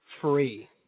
free